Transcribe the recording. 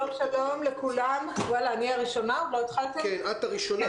שלום לכולם, אתמול